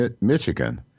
Michigan